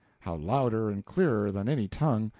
how louder and clearer than any tongue,